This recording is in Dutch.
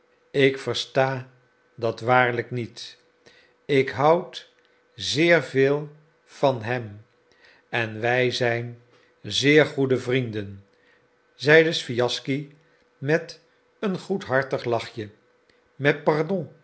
ik versta dat waarlijk niet ik houd zeer veel van hem en wij zijn zeer goede vrienden zeide swijaschsky met een goedhartig lachje mais pardon